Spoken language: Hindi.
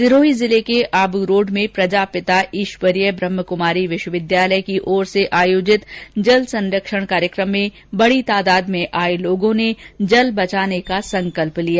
सिरोही जिले के आबूरोड में प्रजापिता ब्रहमाकुमारी ईश्वरीय विश्वविद्यालय की ओर से आयोजित जल संरक्षण कार्यक्रम में बडी तादाद में आये लोगों ने जल बचाने का संकल्प लिया